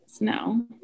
no